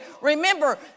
remember